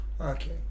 Okay